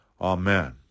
Amen